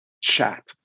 chat